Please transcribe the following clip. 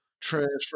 transfer